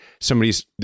somebody's